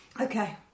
Okay